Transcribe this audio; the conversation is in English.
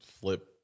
flip